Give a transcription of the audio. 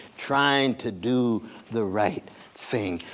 trying to do the right thing.